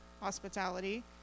hospitality